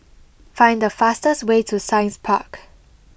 find the fastest way to Science Park